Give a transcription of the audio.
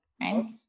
right